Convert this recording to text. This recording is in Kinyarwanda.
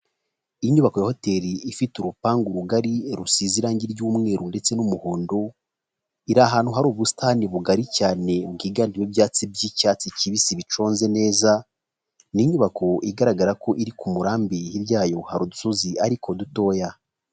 Inyubako ya hoteli ifite urupangu ubugari rusize irangi ry'umweru ndetse n'umuhondo, iri ahantu hari ubusitani bugari cyane bwiganye ibyatsi by'icyatsi kibisi biconze neza, ni inyubako igaragara ko iri ku murambi hiryayo hari udusozi ariko dutoya.